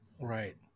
Right